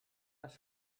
les